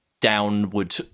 downward